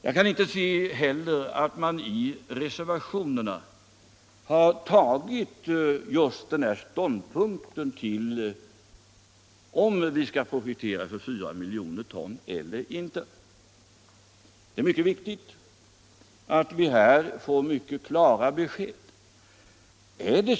Jag kan heller inte se att man i reservationerna har tagit ställning till om vi skall projektera för 4 milj. ton eller inte. Det är mycket viktigt att vi här får mycket klara besked.